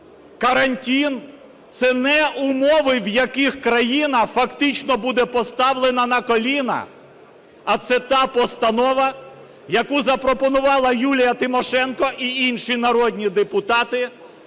Карантин – це не умови, в яких країна фактично буде поставлена на коліна, а це та постанова, яку запропонувала Юлія Тимошенко і інші народні депутати,